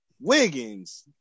Wiggins